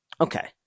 Okay